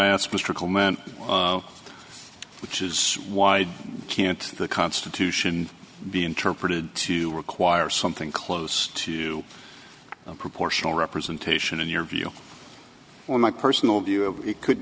i asked mr coleman which is why can't the constitution be interpreted to require something close to a proportional representation in your view or my personal view of it could